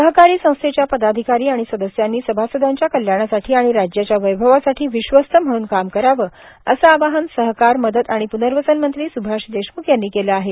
सहकारी संस्थेच्या पदाधिकारी आणि सदस्यांनी सभासदांच्या कल्याणासाठी आणि राज्याच्या वैभवासाठी विश्वस्त म्हणून काम करावं असं आवाहन सहकार मदत आणि प्नर्वसन मंत्री स्भाष देशम्ख यांनी केलं आहे